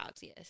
Yes